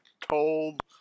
told